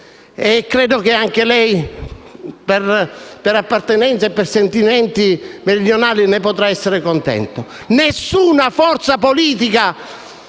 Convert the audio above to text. e credo che anche lei, per appartenenza e per sentimenti meridionali, ne potrà essere contento: da domenica